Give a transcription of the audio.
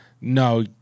no